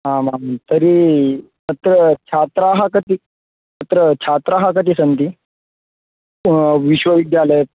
आमां तर्हि तत्र छात्राः कति तत्र छात्राः कति सन्ति विश्वविद्यालये